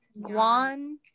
Guan